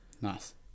nice